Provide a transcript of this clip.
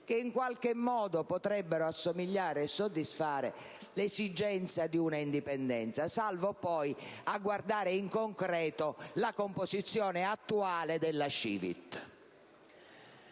che in qualche modo potrebbero assomigliare alla soddisfazione dell'esigenza di un'indipendenza: salvo poi guardare in concreto la composizione attuale della CiVIT.